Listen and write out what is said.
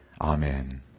Amen